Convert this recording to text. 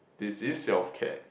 this is self care